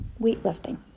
weightlifting